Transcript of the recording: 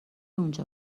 اونجا